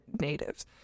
natives